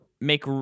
make